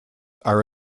are